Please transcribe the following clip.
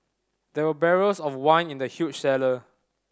there were barrels of wine in the huge cellar